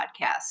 podcast